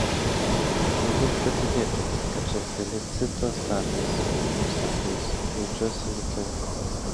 negaliu patikėti kad čia felicitos darbas sako jis jaučiuosi lyg kiaulė